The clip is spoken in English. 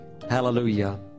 Hallelujah